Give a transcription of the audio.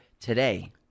today